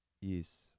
Yes